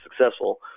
successful